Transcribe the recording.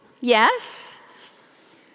yes